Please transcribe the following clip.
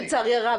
לצערי הרב,